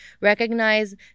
recognize